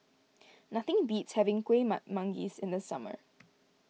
nothing beats having Kuih Manggis in the summer